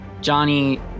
Johnny